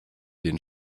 den